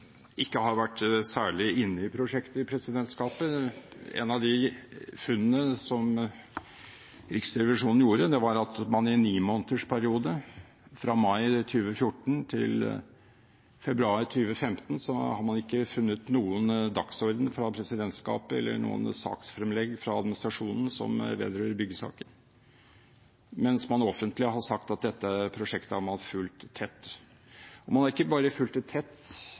ikke har vært særlig inne i prosjektet. Et av de funnene som Riksrevisjonen gjorde, var at man i en nimånedersperiode, fra mai 2014 til februar 2015, ikke har funnet noen dagsorden fra presidentskapet eller saksfremlegg fra administrasjonen som vedrører byggesaken, mens man offentlig har sagt at dette prosjektet har man fulgt tett. Man har ikke bare fulgt det tett,